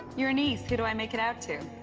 your niece. who do i make it out to?